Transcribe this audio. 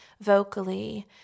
vocally